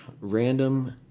Random